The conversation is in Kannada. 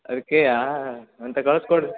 ಅದ್ಕೆಯಾ ಎಂತ ಕಳಿಸ್ಕೊಡಿ